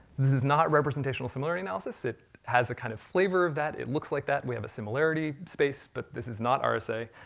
this is not representational similarity analysis. it has a kind of flavor of that, it looks like that, we have a similarity space, but this is not our say,